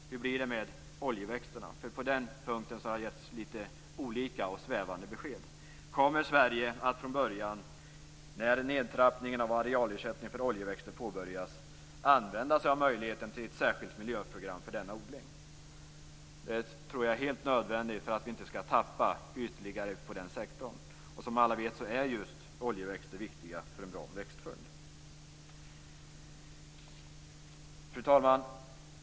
Hur blir det med oljeväxterna? På den punkten har getts lite olika och svävande besked. Kommer Sverige att från början, när nedtrappningen av arealersättningen för oljeväxter påbörjas, använda sig av möjligheten till ett särskilt miljöprogram för denna odling? Det tror jag är helt nödvändigt för att vi inte skall tappa ytterligare inom den sektorn. Som alla vet är just oljeväxter viktiga för en bra växtföljd. Fru talman!